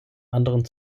anderen